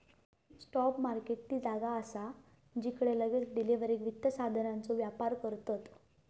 spot market ती जागा असा जिकडे लगेच डिलीवरीक वित्त साधनांचो व्यापार करतत